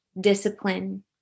discipline